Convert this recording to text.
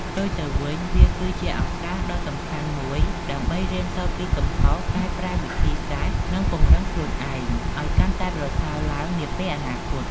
ផ្ទុយទៅវិញ វាគឺជា ឱកាសដ៏សំខាន់មួយដើម្បីរៀនសូត្រពីកំហុស កែប្រែវិធីសាស្រ្ត និងពង្រឹងខ្លួនឯង ឲ្យកាន់តែប្រសើរឡើងនាពេលអនាគត។